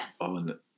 on